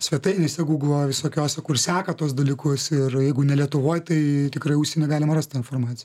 svetainėse gūglo visokiose kur seka tuos dalykus ir jeigu ne lietuvoj tai tikrai užsienyje galima rast tą informaciją